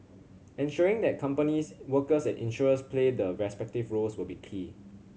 ensuring that companies workers and insurers play their respective roles will be key